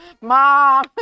mom